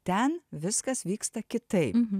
ten viskas vyksta kitaip